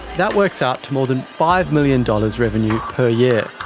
that works out to more than five million dollars revenue per year.